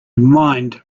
mind